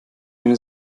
wenn